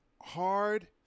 hard